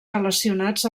relacionats